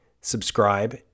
subscribe